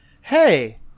hey